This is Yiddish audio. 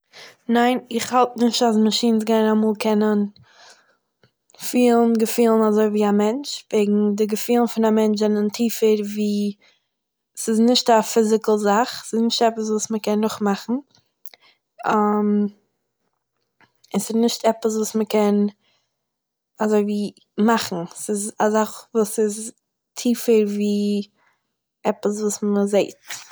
ניין, איך האלט נישט אז מאשין'ס גייען אמאל קענען פילן געפילן אזויווי א מענטש, וועגן די געפילן פון א מענטש זענען טיעפער ווי ס'איז נישט א פיזיקל זאך, ס'איז נישט עפעס וואס מ'קען נאכמאכן, עס איז נישט עפעס וואס מ'קען אזויווי מאכן, ס'איז א זאך וואס איז טיעפער ווי עפעס וואס מ'זעהט